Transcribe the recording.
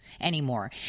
anymore